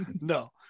no